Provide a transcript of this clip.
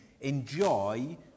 enjoy